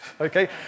Okay